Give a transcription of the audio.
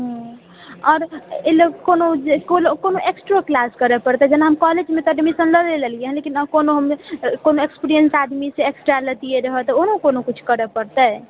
आओर एहि लऽकोनो एस्ट्रो क्लास करए पड़तै जेना कॉलेजमे एडमिशन तऽ लए लेलिऐ कोनो एक्सपीरियंस आदमीसँ एक्स्ट्रा लैतिऐ रहऽ तऽ ओहो कोनो किछु करए पड़तै